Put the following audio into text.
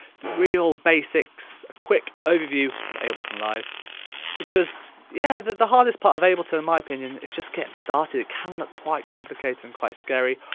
the real basics, a quick overview of ableton live because yeah the the hardest part of ableton in my opinion is just getting started it can look quite complicated and quite scary.